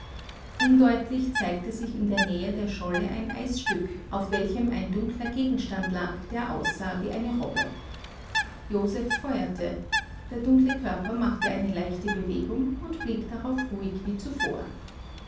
undeutlich zeigte sich in der nähe der scholle ein eisstück auf welchem ein dunkler gegenstand lag der aussah wie eine robbe joseph feuerte der dunkle körper machte eine leichte bewegung und blieb darauf ruhig wie zuvor